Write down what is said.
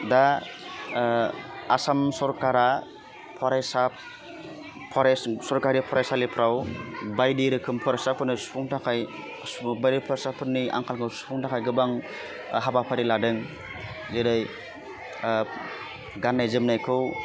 दा आसाम सरकारा फरायसा सरखारि फरायसालिफ्राव बायदि रोखोम फरायसाफोरनो सुफुंनो थाखाय सुबारि फरायसाफोरनि आंखालखौ सुफुंनो थाखाय गोबां हाबाफारि लादों जेरै गान्नाय जोमनायखौ